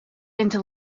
into